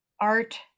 art